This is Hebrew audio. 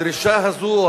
הדרישה הזו,